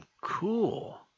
cool